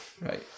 Right